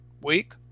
week